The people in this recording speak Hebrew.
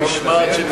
לוועדת הכספים נתקבלה.